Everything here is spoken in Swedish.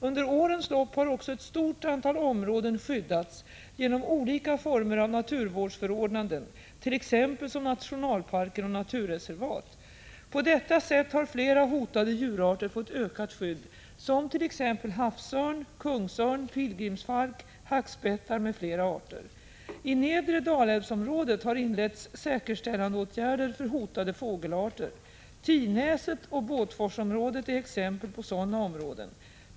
Under årens lopp har också ett stort antal områden skyddats genom olika former av naturvårdsför ordnanden som t.ex. nationalparker och naturreservat. På detta sätt har flera hotade djurarter fått ökat skydd såsom havsörn, kungsörn, pilgrimsfalk, hackspettar m.fl. arter. I nedre Dalälvsområdet har inletts säkerställandeåtgärder för hotade fågelarter. Tinäset och Båtforsområdet är exempel på sådana områden.